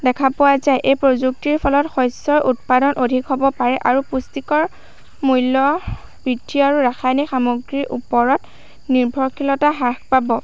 দেখা পোৱা যায় এই প্ৰযুক্তিৰ ফলত শস্যৰ উৎপাদন অধিক হ'ব পাৰে আৰু পুষ্টিকৰ মূল্য বৃদ্ধি আৰু ৰাসায়নিক সামগ্ৰীৰ ওপৰত নিৰ্ভৰশীলতা হ্ৰাস পাব